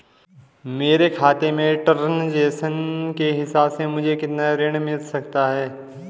मेरे खाते के ट्रान्ज़ैक्शन के हिसाब से मुझे कितना ऋण मिल सकता है?